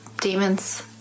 demons